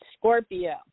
Scorpio